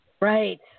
right